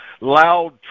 loud